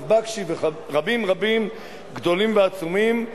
הרב בקשי ורבים רבים גדולים ועצומים.